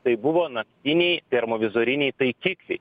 tai buvo naktiniai termovizoriniai taikikliai